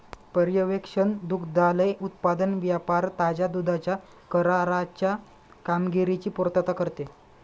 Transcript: पर्यवेक्षण दुग्धालय उत्पादन व्यापार ताज्या दुधाच्या कराराच्या कामगिरीची पुर्तता करते